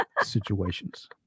situations